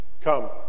Come